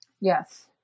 Yes